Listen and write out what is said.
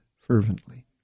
fervently